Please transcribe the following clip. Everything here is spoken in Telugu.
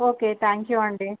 ఓకే థ్యాంక్యూ అండి